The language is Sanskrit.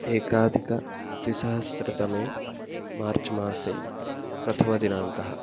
एकाधिकद्विसहस्रतमे मार्च् मासे प्रथमदिनाङ्कः